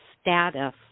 status